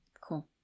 Cool